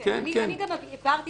אני גם הבהרתי